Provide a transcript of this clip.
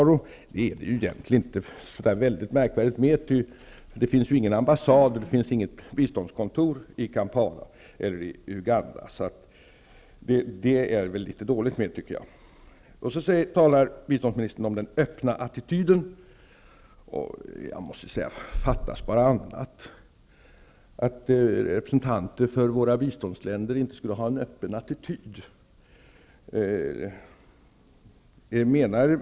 Det är ju egentligen inte så väldigt märkvärdigt. Det finns inte någon ambassad eller något biståndskontor i Kampala eller Uganda. Det är litet dåligt. Sedan talar biståndsministern om den öppna attityden. Fattas bara annat! Det skulle innebära att representanter från våra biståndsländer inte skulle ha en öppen attityd.